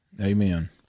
Amen